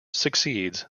succeeds